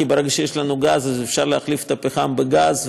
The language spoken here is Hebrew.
כי ברגע שיש לנו גז אפשר להחליף את הפחם בגז,